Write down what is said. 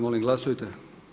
Molim glasujte.